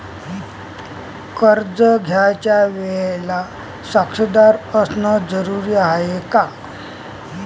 कर्ज घ्यायच्या वेळेले साक्षीदार असनं जरुरीच हाय का?